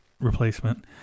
Replacement